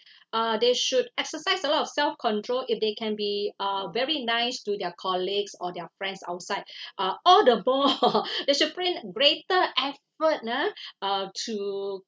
uh they should exercise a lot of self control if they can be uh very nice to their colleagues or their friends outside uh all the more they should bring greater effort {ah] to